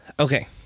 Okay